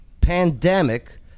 pandemic